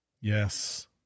Yes